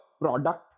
product